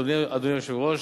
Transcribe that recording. אדוני היושב-ראש,